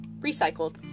recycled